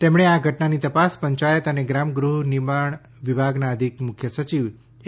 તેમણે આ ઘટનાની તપાસ પંચાયત અને ગ્રામ ગૃહ નિર્માણ વિભાગના અધિક મુખ્ય સચિવ એ